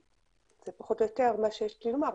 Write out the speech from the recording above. זה פחות או יותר מה שיש לי לומר.